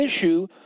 issue